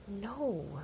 No